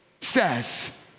says